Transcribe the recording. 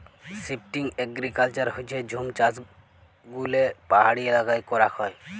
shifting agriculture হচ্যে জুম চাষযেগুলা পাহাড়ি এলাকায় করাক হয়